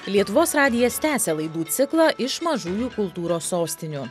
lietuvos radijas tęsia laidų ciklą iš mažųjų kultūros sostinių